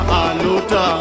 aluta